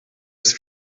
ist